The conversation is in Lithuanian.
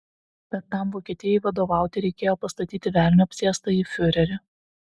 bet tam vokietijai vadovauti reikėjo pastatyti velnio apsėstąjį fiurerį